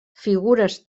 figures